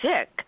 sick